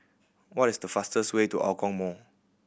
what is the fastest way to Hougang Mall